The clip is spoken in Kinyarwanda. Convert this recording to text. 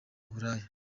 uburaya